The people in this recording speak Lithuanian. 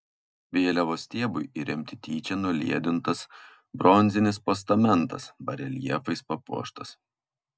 vėliavos stiebui įremti tyčia nuliedintas bronzinis postamentas bareljefais papuoštas